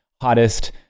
hottest